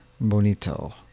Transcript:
bonito